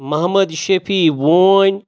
محمد شفیع وونۍ